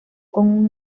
con